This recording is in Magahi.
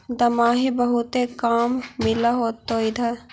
दमाहि बहुते काम मिल होतो इधर?